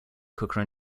cooker